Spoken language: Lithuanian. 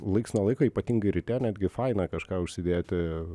laiks nuo laiko ypatingai ryte netgi faina kažką užsidėti